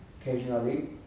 occasionally